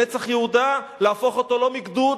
"נצח יהודה" להפוך אותו לא לגדוד,